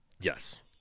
Yes